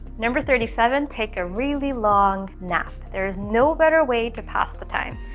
number thirty seven take a really long nap. there is no better way to pass the time,